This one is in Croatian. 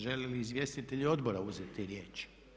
Žele li izvjestitelji odbora uzeti riječ?